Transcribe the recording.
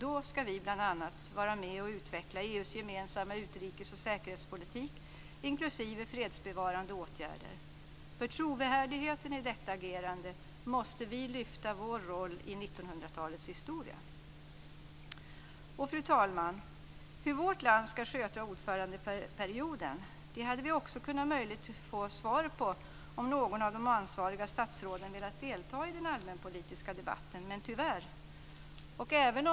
Då ska vi bl.a. vara med och utveckla EU:s gemensamma utrikes och säkerhetspolitik inklusive fredsbevarande åtgärder. För trovärdigheten i detta agerande måste vi lyfta vår roll i Och, fru talman, hur vårt land ska sköta ordförandeperioden hade vi också möjligen kunnat få svar på om något av de ansvariga statsråden velat delta i den allmänpolitiska debatten, men tyvärr fick vi inte det.